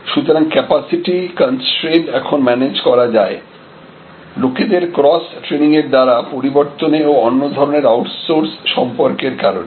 সুতরাং capacity constraint এখন manage করা যায় লোকেদের ক্রস ট্রেনিং এর দ্বারা পরিবর্তনে ও অন্য ধরনের আউটসোর্স সম্পর্কের কারণে